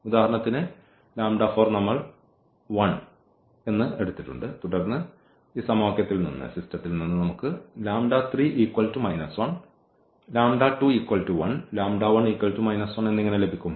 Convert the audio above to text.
ഉദാഹരണത്തിന് നമ്മൾ 1 ആയി എടുത്തിട്ടുണ്ട് തുടർന്ന് ഈ സമവാക്യത്തിൽ നിന്ന് നമുക്ക് എന്നിങ്ങനെ ലഭിക്കും